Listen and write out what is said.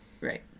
right